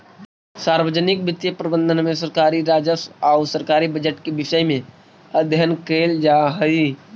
सार्वजनिक वित्तीय प्रबंधन में सरकारी राजस्व आउ सरकारी बजट के विषय में अध्ययन कैल जा हइ